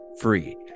free